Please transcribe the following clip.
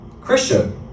Christian